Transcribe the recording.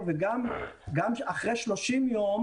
מה שכן, חברת הכנסת יאסין,